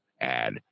add